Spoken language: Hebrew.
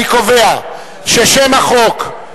אני קובע ששם החוק,